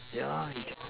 ya he